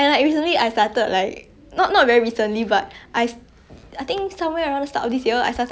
oh my god it's like those chinese dramas like you know those not those periodic drama you know like 仙侠